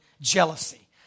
jealousy